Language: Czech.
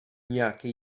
nějaké